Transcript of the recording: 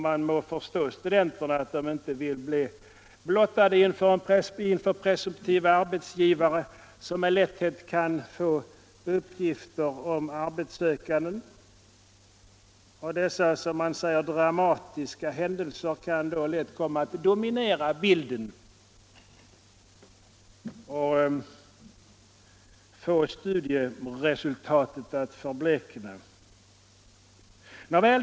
Man må förstå studenterna — att de inte vill bli blottade inför presumtiva arbetsgivare, som med lätthet kan få uppgifter om arbetssökande. Dessa ”dramatiska händelser” kan då lätt dominera bilden och få studieresultatet att förblekna.